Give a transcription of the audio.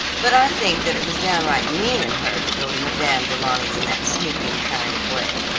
but i think that it was downright mean in her to go to madame du launy's in that sneaking kind of way.